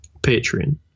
Patreon